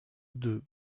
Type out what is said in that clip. deux